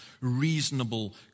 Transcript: reasonable